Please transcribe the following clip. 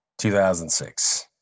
2006